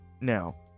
now